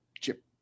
chip